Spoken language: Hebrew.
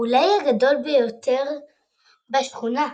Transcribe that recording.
אולי הגדול ביותר בשכונה.